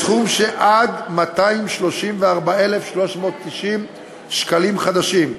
בסכום של עד 234,390 שקלים חדשים.